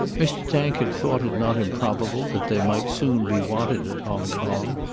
mr. tankard thought it not improbable that they might soon be wanted at hong kong,